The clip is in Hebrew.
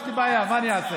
יש לי בעיה, מה אני אעשה?